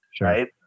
Right